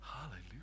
Hallelujah